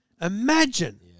Imagine